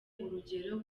urugero